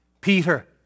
Peter